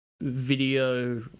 video